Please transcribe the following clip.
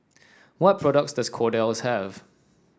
what products does Kordel's have